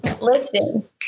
Listen